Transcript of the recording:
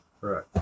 Right